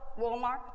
Walmart